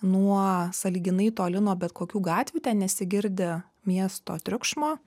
nuo sąlyginai toli nuo bet kokių gatvių ten nesigirdi miesto triukšmo